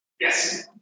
Yes